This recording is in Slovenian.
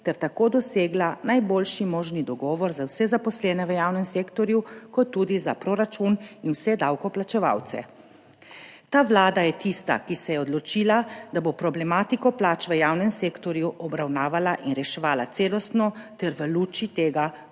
ter tako dosegla najboljši možni dogovor za vse zaposlene v javnem sektorju kot tudi za proračun in vse davkoplačevalce. Ta vlada je tista, ki se je odločila, da bo problematiko plač v javnem sektorju obravnavala in reševala celostno ter v luči tega